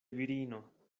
virino